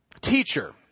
teacher